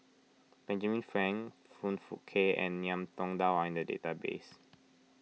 Benjamin Frank Foong Fook Kay and Ngiam Tong Dow are in the database